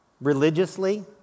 religiously